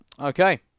okay